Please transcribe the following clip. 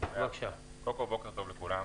שלום לכולם,